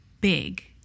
big